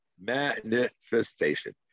manifestation